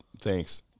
thanks